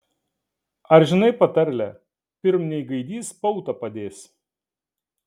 ar žinai patarlę pirm nei gaidys pautą padės